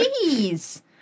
cheese